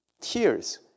tears